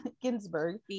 Ginsburg